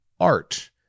art